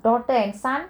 daughter and son